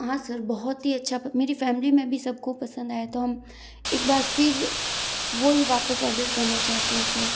हाँ सर बहुत ही अच्छा मेरी फैमिली में भी सब को पसंद आया तो हम एक बार फिर वो ही वापस ऑर्डर करना चाहते हैं सर